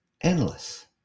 endless